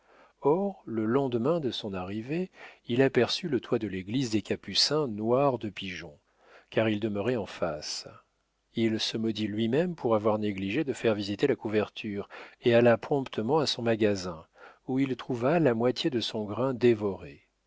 or le lendemain de son arrivée il aperçut le toit de l'église des capucins noir de pigeons car il demeurait en face il se maudit lui-même pour avoir négligé de faire visiter la couverture et alla promptement à son magasin où il trouva la moitié de son grain dévoré